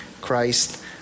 Christ